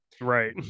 Right